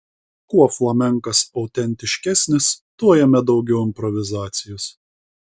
kuo flamenkas autentiškesnis tuo jame daugiau improvizacijos